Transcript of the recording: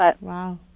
Wow